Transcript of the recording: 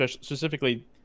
specifically